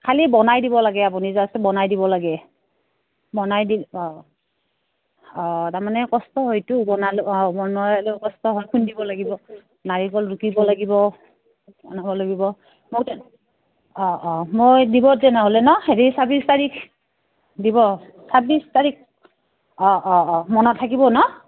খালি বনাই দিব লাগে আপুনি জাষ্ট বনাই দিব লাগে বনাই দি অঁ অঁ তাৰমানে কষ্ট হয়তো বনালে অঁ বনালও কষ্ট হয় খুন্দিব লাগিব নাৰিকল ৰুকিব লাগিব বনাব লাগিব মোক তে অঁ অঁ মই দিব তেনেহ'লে ন' হেৰি ছাব্বিছ তাৰিখ দিব ছাব্বিছ তাৰিখ অঁ অঁ অঁ মনত থাকিব ন